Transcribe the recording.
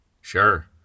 Sure